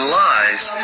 lies